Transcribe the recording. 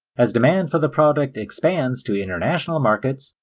as demand for the product expands to international markets,